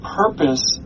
purpose